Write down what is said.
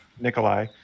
Nikolai